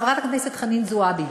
חברת הכנסת חנין זועבי,